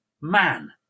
man